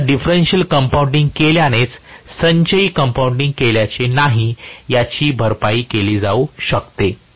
म्हणूनच केवळ differential compounding केल्यानेच संचयी कंपाऊंडिंग केल्याने नाही याची भरपाई केली जाऊ शकते